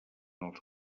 els